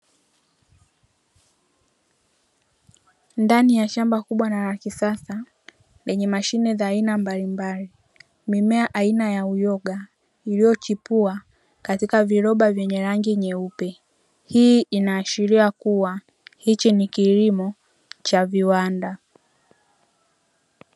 Ndani ya shamba kubwa na la kisasa, lenye mashine za aina mbalimbali, mimea aina ya uyoga iliyochipua katika viroba vyenye rangi nyeupe. Hii inaashiria kuwa hiki ni kilimo cha viwanda.